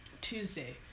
Tuesday